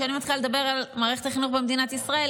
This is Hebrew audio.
כשאני מתחילה לדבר על מערכת החינוך במדינת ישראל,